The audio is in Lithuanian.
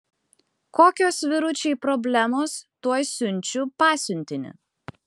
kokios vyručiai problemos tuoj siunčiu pasiuntinį